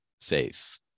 faith